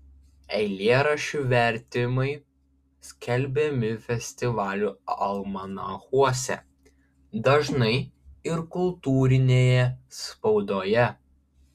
eilėraščių vertimai skelbiami festivalių almanachuose dažnai ir kultūrinėje spaudoje